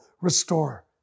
restore